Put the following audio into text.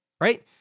right